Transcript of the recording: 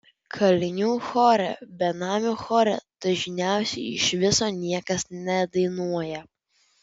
kalinių chore benamių chore dažniausiai iš viso niekas nedainuoja